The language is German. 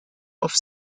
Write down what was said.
auf